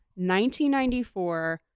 1994